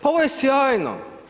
Pa ovo je sjajno.